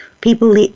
people